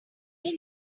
very